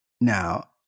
Now